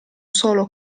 solo